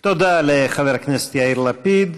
תודה לחבר הכנסת יאיר לפיד.